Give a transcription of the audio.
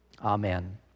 Amen